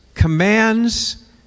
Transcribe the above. commands